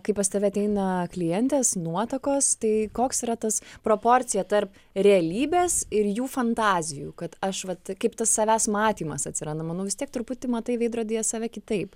kai pas tave ateina klientės nuotakos tai koks yra tas proporcija tarp realybės ir jų fantazijų kad aš vat kaip tas savęs matymas atsiranda manau vis tiek truputį matai veidrodyje save kitaip